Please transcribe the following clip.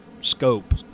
scope